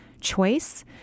choice